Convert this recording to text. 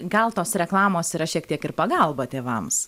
gal tos reklamos yra šiek tiek ir pagalba tėvams